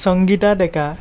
Sangeeta Deka